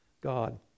God